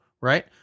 Right